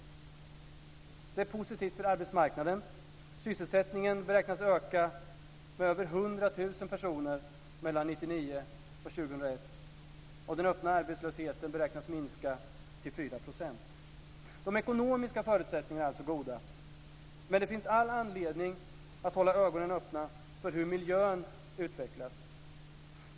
Det är positivt för arbetsmarknaden. Sysselsättningen beräknas öka med över 100 000 personer mellan 1999 och 2001 och den öppna arbetslösheten beräknas minska till 4 %. De ekonomiska förutsättningarna är alltså goda. Men det finns all anledning att hålla ögonen öppna för hur miljön utvecklas.